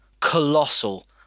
colossal